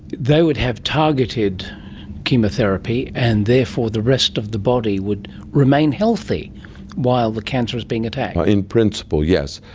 they would have targeted chemotherapy and therefore the rest of the body would remain healthy while the cancer is being attacked. in principle, yes.